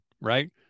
right